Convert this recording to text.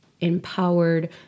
empowered